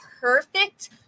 perfect